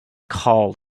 called